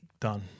done